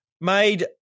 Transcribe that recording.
made